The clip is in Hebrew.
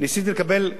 שניסיתי לקבל,